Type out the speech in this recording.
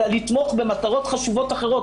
אלא לתמוך במטרות חשובות אחרות,